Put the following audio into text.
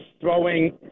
throwing